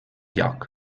lloc